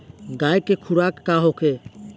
गाय के खुराक का होखे?